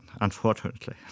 unfortunately